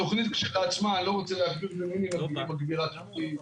התוכנית כשלעצמה היא מכפילת כוח.